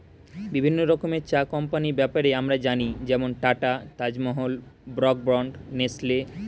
বিভিন্ন রকমের চা কোম্পানির ব্যাপারে আমরা জানি যেমন Tata, Taj Mahal, Brooke Bond, Nestle